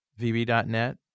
VB.net